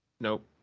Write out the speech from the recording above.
Nope